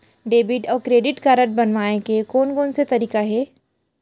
Debit अऊ credit card बनवाए के कोन कोन से तरीका हे?